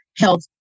health